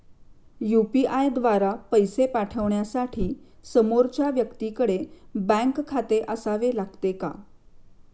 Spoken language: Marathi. यु.पी.आय द्वारा पैसे पाठवण्यासाठी समोरच्या व्यक्तीकडे बँक खाते असावे लागते का?